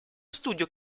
studio